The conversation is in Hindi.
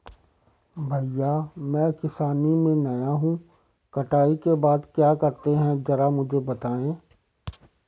भैया मैं किसानी में नया हूं कटाई के बाद क्या करते हैं जरा मुझे बताएं?